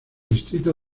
distrito